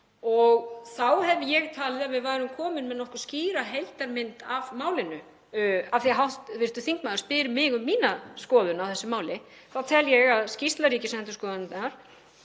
Þá hefði ég talið að við værum komin með nokkuð skýra heildarmynd af málinu. Af því að hv. þingmaður spyr mig um mína skoðun á þessu máli þá tel ég að skýrsla Ríkisendurskoðunar